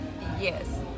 Yes